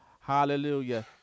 hallelujah